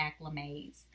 acclimates